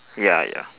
ya ya